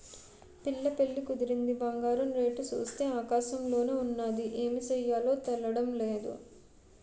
పిల్ల పెళ్లి కుదిరింది బంగారం రేటు సూత్తే ఆకాశంలోన ఉన్నాది ఏమి సెయ్యాలో తెల్డం నేదు